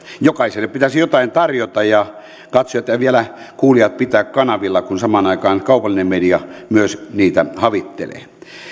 jokaiselle pitäisi jotain tarjota ja vielä katsojat ja kuulijat pitää kanavilla kun samaan aikaan kaupallinen media myös niitä havittelee